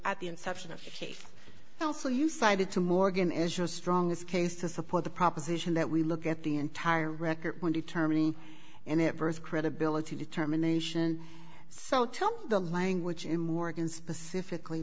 at the inception of the case also you cited to morgan is your strongest case to support the proposition that we look at the entire record when determining and it burst credibility determination so tell me the language in morgan specifically